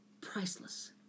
priceless